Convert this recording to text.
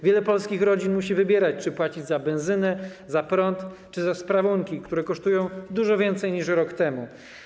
Wiele polskich rodzin musi wybierać, czy płacić za benzynę, za prąd, czy za sprawunki, które kosztują dużo więcej niż rok temu.